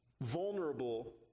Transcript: vulnerable